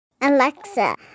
Alexa